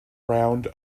round